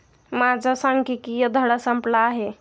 माझा सांख्यिकीय धडा संपला आहे